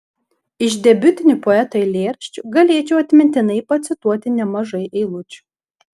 iš debiutinių poeto eilėraščių galėčiau atmintinai pacituoti nemažai eilučių